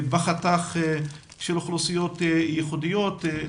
בחתך של אוכלוסיות ייחודיות,